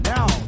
Now